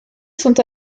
sont